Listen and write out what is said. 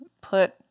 put